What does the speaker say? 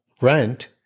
rent